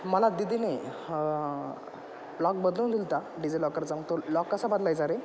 मला दीदीने लॉक बदलून दिला होता डिझीलॉकरचा तो लॉक कसा बदलायचा रे